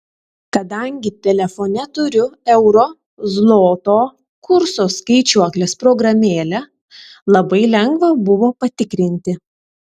kadangi telefone turiu euro zloto kurso skaičiuoklės programėlę labai lengva buvo patikrinti